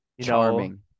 Charming